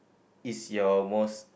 is your most